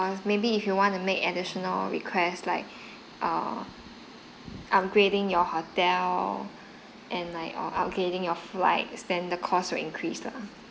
maybe if you want to make additional requests like err upgrading your hotel and like err upgrading your flight then the costs will increase lah